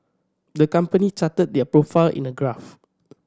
the company charted their profile in a graph